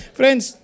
friends